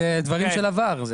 זה היה בעבר.